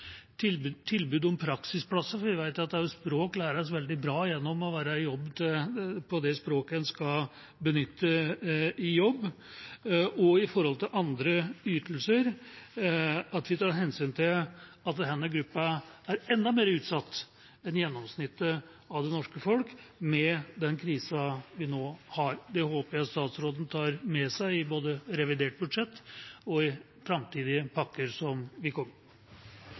språk læres veldig bra gjennom å være i jobb og benytte språket i jobben, og når det gjelder andre ytelser, tar hensyn til at denne gruppa er enda mer utsatt enn gjennomsnittet av det norske folk med den krisa vi nå har. Det håper jeg statsråden tar med seg i både revidert budsjett og i framtidige pakker som